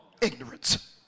Ignorance